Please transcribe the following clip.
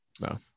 no